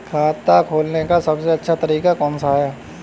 खाता खोलने का सबसे अच्छा तरीका कौन सा है?